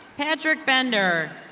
patrick bender.